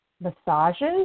Massages